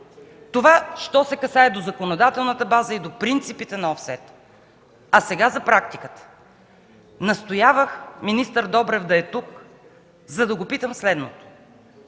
Това, що се касае до законодателната база и до принципите на офсета, а сега за практиката. Настоявах министър Добрев да е тук, за да го питам следното.